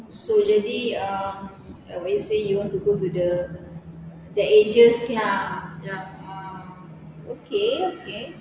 so jadi um what you say you want to go to the the ages lah okay okay